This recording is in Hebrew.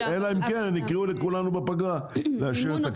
אלא אם כן יקראו לכולנו בפגרה לאשר בקריאה ראשונה.